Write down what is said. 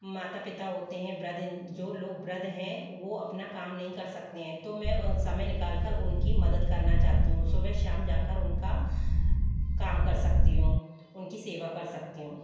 माता पिता होते है वृद्ध जो लोग वृद्ध है वो अपना काम नहीं कर सकते हैं तो मै समय निकाल कर उनकी मदद करना चाहती हूँ सुबह शाम जा कर उनका काम कर सकती हूँ उनकी सेवा कर सकती हूँ